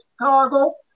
Chicago